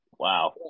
Wow